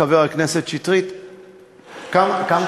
חבר הכנסת שטרית, כמה?